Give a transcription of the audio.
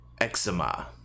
eczema